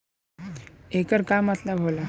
येकर का मतलब होला?